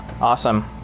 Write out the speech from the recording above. Awesome